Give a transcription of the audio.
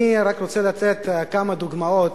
אני רק רוצה לתת כמה דוגמאות.